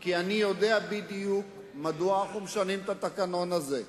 כי אני יודע בדיוק מדוע אנחנו משנים את התקנון הזה.